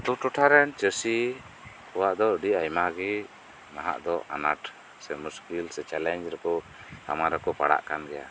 ᱟᱹᱛᱩ ᱴᱚᱴᱷᱟ ᱨᱮᱱ ᱪᱟᱹᱥᱤ ᱠᱚᱭᱟᱜ ᱫᱚ ᱟᱭᱢᱟ ᱜᱮ ᱱᱟᱦᱟᱜ ᱫᱚ ᱟᱱᱟᱴ ᱥᱮ ᱢᱩᱥᱠᱤᱞ ᱥᱮ ᱪᱮᱞᱮᱧᱡ ᱨᱮᱠᱚ ᱥᱟᱢᱟᱝ ᱨᱮᱠᱚ ᱯᱟᱲᱟᱜ ᱠᱟᱱ ᱜᱮᱭᱟ